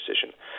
decision